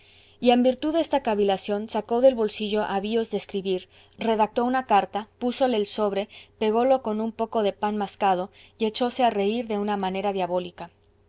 y en virtud de esta cavilación sacó del bolsillo avíos de escribir redactó una carta púsole el sobre pególo con un poco de pan mascado y echóse a reír de una manera diabólica